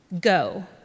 go